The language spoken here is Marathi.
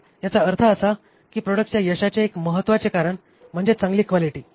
तर याचा अर्थ असा आहे की प्रॉडक्टच्या यशाचे एक महत्त्वाचे कारण म्हणजे चांगली क्वालिटी